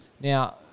Now